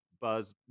Buzz